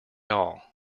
all